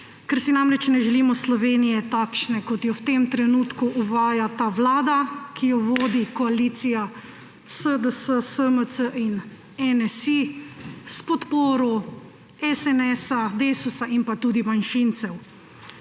ker si namreč ne želimo Slovenije takšne, kot jo v tem trenutku uvaja ta vlada, ki jo vodi koalicija SDS, SMC in NSi s podporo SNS, Desusa in tudi manjšincev.